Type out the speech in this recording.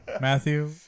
Matthew